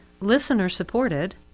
listener-supported